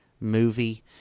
movie